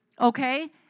okay